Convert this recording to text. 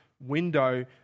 window